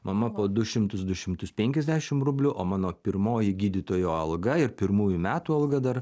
mama po du šimtus du šimtus penkiasdešim rublių o mano pirmoji gydytojo alga ir pirmųjų metų alga dar